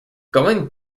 going